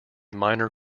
minor